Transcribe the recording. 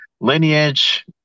lineage